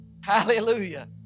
Hallelujah